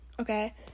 Okay